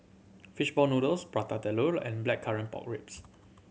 fish ball noodles Prata Telur and Blackcurrant Pork Ribs